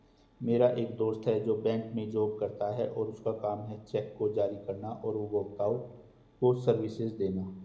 मेरा एक दोस्त है जो बैंक में जॉब करता है और उसका काम है चेक को जारी करना और उपभोक्ताओं को सर्विसेज देना